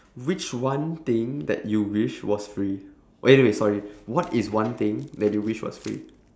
which one thing that you wish was free wait wait wait sorry what is one thing that you wish was free